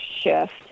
shift